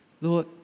Lord